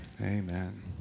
amen